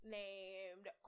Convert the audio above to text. named